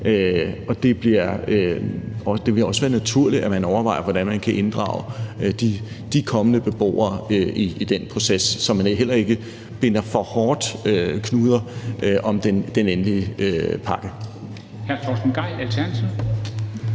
Og det vil også være naturligt, at man overvejer, hvordan man kan inddrage de kommende beboere i den proces, så man heller ikke binder for hårde knuder på den endelige pakke.